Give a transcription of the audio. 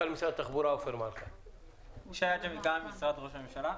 ממשרד ראש הממשלה.